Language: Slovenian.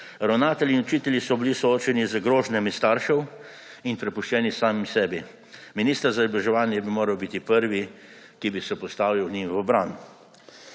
Ravnatelji in učitelji so bili soočeni z grožnjami staršev in prepuščeni sami sebi. Minister za izobraževanje bi moral biti prvi, ki bi se postavil njim v bran.